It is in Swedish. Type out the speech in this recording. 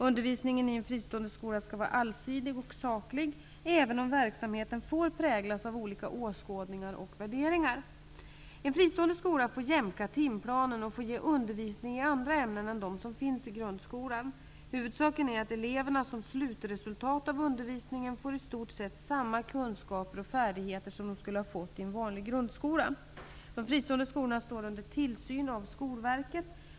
Undervisningen i en fristående skola skall vara allsidig och saklig, även om verksamheten får präglas av olika åskådningar och värderingar. En fristående skola får jämka timplanen och får ge undervisning i andra ämnen än de som finns i grundskolan. Huvudsaken är att eleverna som slutresultat av undervisningen får i stort sett samma kunskaper och färdigheter som de skulle ha fått i en vanlig grundskola. De fristående skolorna står under tillsyn av Skolverket.